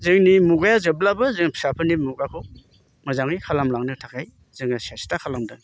जोंनि मुगाया जेब्लाबो जों फिसाफोदनि मुगाखौ मोजोङै खालाम लांनो थाखाय जोङो सेस्था खालामदों